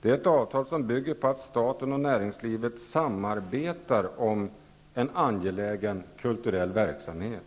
Det är ett avtal som bygger på att staten och näringslivet samarbetar om en angelägen kulturell verksamhet.